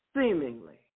seemingly